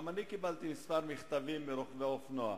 גם אני קיבלתי כמה מכתבים מרוכבי אופנוע.